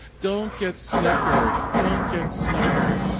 don't get snookered. don't get snookered.